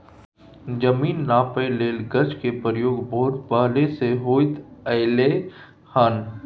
जमीन नापइ लेल गज के प्रयोग बहुत पहले से होइत एलै हन